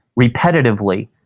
repetitively